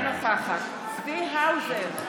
אינה נוכחת צבי האוזר,